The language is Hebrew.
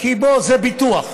כי זה ביטוח.